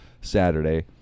Saturday